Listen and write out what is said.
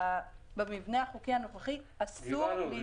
במבנה החוקי הנוכחי אסור להשתמש בהם.